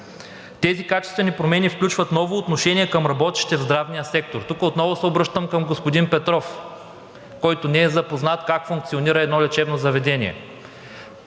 Тези качествени промени включват ново отношение към работещите в здравния сектор. Тук отново се обръщам към господин Петров, който не е запознат как функционира едно лечебно заведение.